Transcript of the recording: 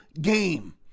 game